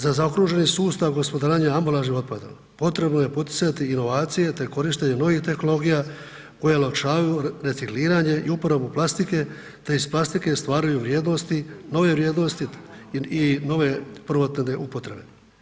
Za zaokruženi sustav gospodarenja ambalažnim otpadom potrebno je poticati inovacije te korištenje novih tehnologija koje olakšavaju recikliranje i uporabu plastike te iz plastike stvaraju vrijednosti, nove vrijednosti i nove ... upotrebe.